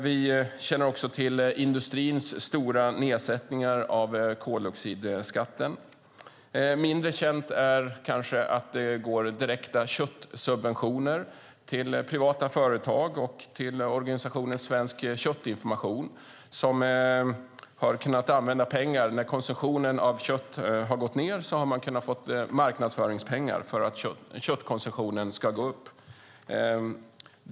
Vi känner också till industrins stora nedsättningar av koldioxidskatten. Mindre känt är kanske att det går direkta köttsubventioner till privata företag och till organisationen Svensk köttinformation som har kunnat få marknadsföringspengar för att konsumtionen av kött ska gå upp när den har gått ned.